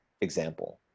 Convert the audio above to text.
example